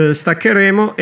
staccheremo